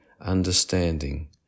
understanding